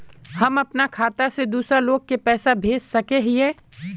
हम अपना खाता से दूसरा लोग के पैसा भेज सके हिये?